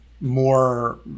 more